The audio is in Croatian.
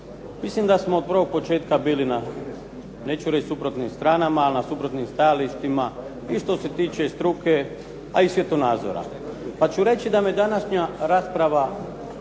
mislim da smo od prvog početka bili na, neću reći na suprotnim stranama, ali na suprotnim stajalištima i što se tiče struke pa i svjetonazora. Pa ću reći da me današnja rasprava